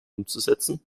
umzusetzen